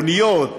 אוניות,